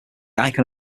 icon